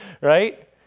Right